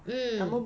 mm